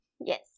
Yes